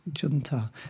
Junta